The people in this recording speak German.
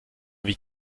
wie